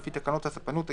לפי תקנות הספנות (ימאים)